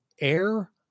air